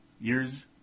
years